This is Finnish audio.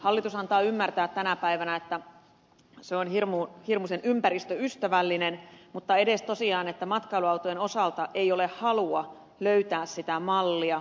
hallitus antaa ymmärtää tänä päivänä että se on hirmuisen ympäristöystävällinen mutta tosiaan edes matkailuautojen osalta ei ole halua löytää ja miettiä sitä mallia